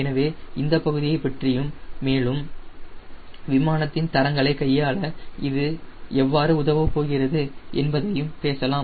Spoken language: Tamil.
எனவே நாம் இந்த பகுதியை பற்றியும் மேலும் விமானத்தின் தரங்களை கையாள இது எவ்வாறு உதவப் போகிறது என்பதையும் பேசலாம்